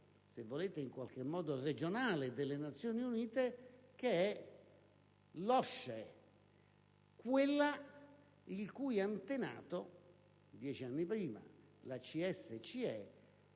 se volete, in qualche modo, regionale delle Nazioni Unite che è l'OSCE, quella la cui antenata (la CSCE)